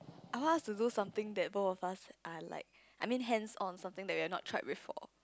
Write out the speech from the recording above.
I want us to do something that both of us are like I mean hands on something that we've not tried before